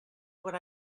what